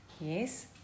Yes